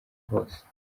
hose